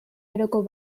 aroko